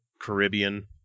Caribbean